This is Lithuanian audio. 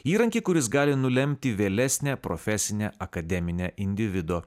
įrankį kuris gali nulemti vėlesnę profesinę akademinę individo